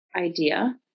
idea